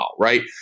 right